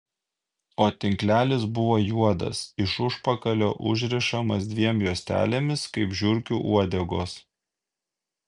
o tinklelis buvo juodas iš užpakalio užrišamas dviem juostelėmis kaip žiurkių uodegos